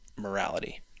morality